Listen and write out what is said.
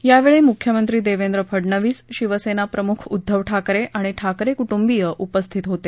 यावेळी मुख्यमंत्री देवेंद्र फडणवीस शिवसेनेचे अध्यक्ष उद्धव ठाकरे आणि ठाकरे कुटुंबीय उपस्थित होते